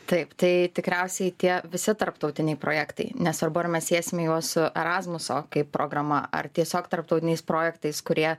taip tai tikriausiai tie visi tarptautiniai projektai nesvarbu ar mes siesime juos su erasmuso kaip programa ar tiesiog tarptautiniais projektais kurie